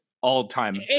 all-time